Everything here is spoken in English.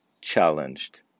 challenged